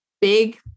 big